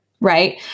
right